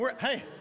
Hey